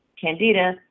Candida